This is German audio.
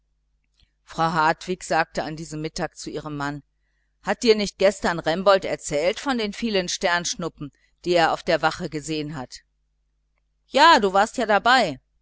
frau hartwig sagte an diesem mittag zu ihrem mann hat dir nicht gestern remboldt erzählt von den vielen sternschnuppen die er auf der wache gesehen hat ja du warst ja dabei